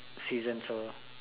season so